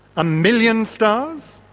a million stars?